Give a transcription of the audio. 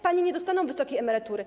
Panie nie dostaną wysokiej emerytury.